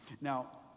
now